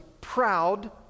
proud